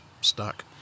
stuck